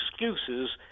excuses